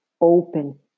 open